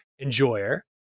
enjoyer